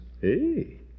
Hey